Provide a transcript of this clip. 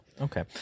Okay